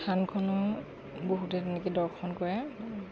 থানখনো বহুতে তেনেকৈ দৰ্শন কৰে